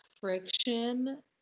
friction